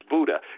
Buddha